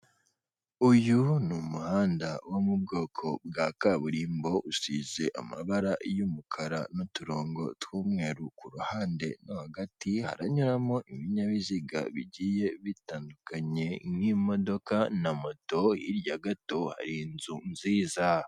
Uyu ni umuhanda wo mu bwoko bwa kaburimbo, usize amabara y'umukara n'uturongo tw'umweru ku ruhande no hagati, haranyuramo ibinyabiziga bigiye bitandukanye nk'imodoka na moto, hirya gato hari inzu nziza.